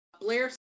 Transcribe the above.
Blair